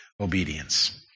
obedience